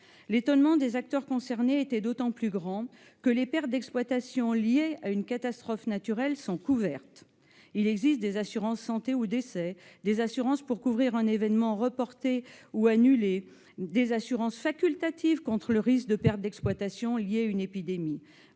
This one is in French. L'étonnement des acteurs concernés était d'autant plus grand que les pertes d'exploitation liées à une catastrophe naturelle sont couvertes. Il existe des assurances santé ou décès, des assurances pour couvrir un événement reporté ou annulé, des assurances facultatives contre le risque de pertes d'exploitation liées à une épidémie-